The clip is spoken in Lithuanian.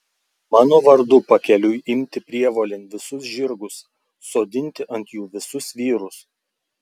mano vardu pakeliui imti prievolėn visus žirgus sodinti ant jų visus vyrus